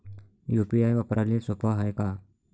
UPI वापराले सोप हाय का?